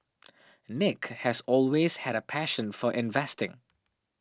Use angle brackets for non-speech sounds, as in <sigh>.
<noise> nick has always had a passion for investing